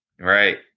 Right